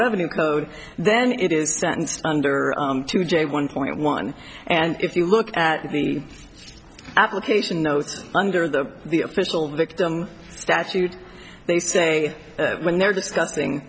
revenue code then it is sentenced under two j one point one and if you look at the application notes under the the official victim statute they say when they're discussing